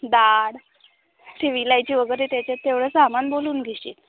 डाळ ती विलायची वगैरे त्याच्यात तेवढं सामान बोलून घेशील